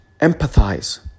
empathize